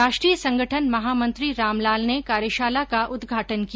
राष्ट्रीय संगठन महामंत्री रामलाल ने कार्यशाला का उद्घाटन किया